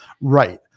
Right